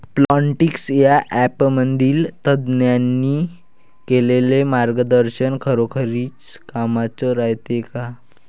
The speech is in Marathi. प्लॉन्टीक्स या ॲपमधील तज्ज्ञांनी केलेली मार्गदर्शन खरोखरीच कामाचं रायते का?